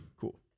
Cool